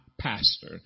pastor